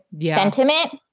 sentiment